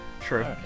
true